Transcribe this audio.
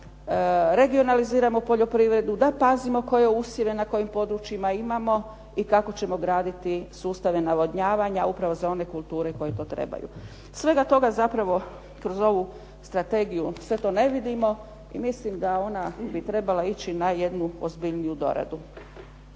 regionaliziramo poljoprivredu, da pazimo koje usjeve na kojim područjima imamo i kako ćemo graditi sustave navodnjavanje, upravo za one kulture koje to trebaju. Svega toga zapravo kroz ovu strategiju sve to ne vidimo i mislim da ona bi trebala ići na jednu ozbiljniju doradu.